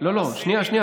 הסינים